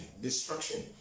destruction